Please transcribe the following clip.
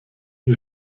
ihr